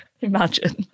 Imagine